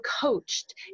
coached